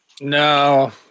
No